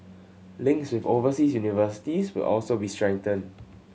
links with overseas universities will also be strengthened